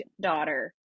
daughter